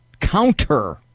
counter